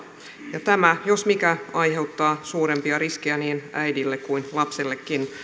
ja tämä jos mikä aiheuttaa suurempia riskejä niin äidille kuin lapsellekin